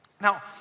Now